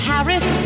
Harris